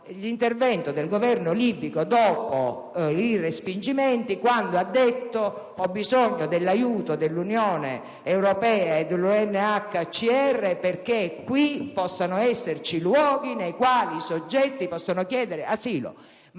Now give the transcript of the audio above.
l'intervento del Governo libico dopo i respingimenti, quando ha detto che ha bisogno dell'aiuto della Unione europea e del UNHCR, perché in Libia possano esserci luoghi nei quali tali soggetti possano chiedere asilo.